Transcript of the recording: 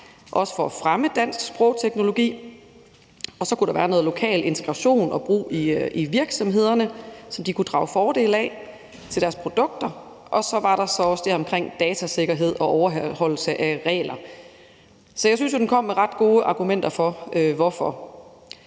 noget med at fremme dansk sprogteknologi, så kunne der være noget lokal integration og brug i virksomhederne, som de kunne drage fordel af til deres produkter, og så var der så også det omkring datasikkerhed og overholdelse af regler. Så jeg synes jo, den kom med ret gode argumenter for hvorfor.